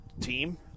team